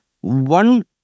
one